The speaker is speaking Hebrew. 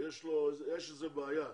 ויש איזה בעיה,